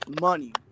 money